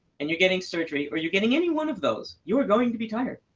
and you're getting surgery, or you're getting any one of those, you are going to be tired.